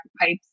pipes